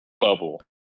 bubble